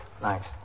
Thanks